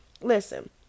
Listen